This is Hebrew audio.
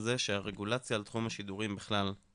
אבל יש שימוע על כך מחודש יוני 2020 על אותו מכרז שהוא נתקע.